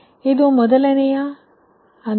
ಆದ್ದರಿಂದ ಇದು ಮೊದಲನೆಯ i